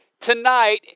tonight